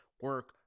Work